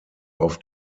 auf